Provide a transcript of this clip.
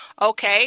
Okay